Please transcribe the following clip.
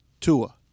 Tua